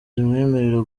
zimwemerera